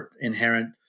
inherent